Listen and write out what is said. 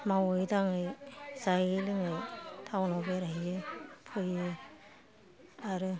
मावै दाङै जायै लोङै टाउनाव बेरायहैयो फैयो आरो